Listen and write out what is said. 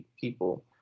people